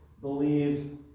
believe